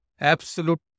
Absolute